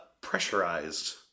pressurized